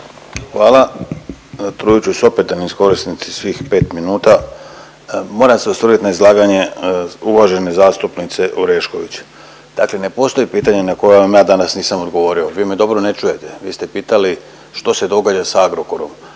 Hvala, trudit ću se opet da ne iskoristim svih 5 minuta. Moram se osvrnut na izlaganje uvažene zastupnice Orešković, dakle ne postoji pitanje na koje vam ja danas nisam odgovorio. Vi me dobro ne čujete, vi ste pitali što se događa sa Agrokorom.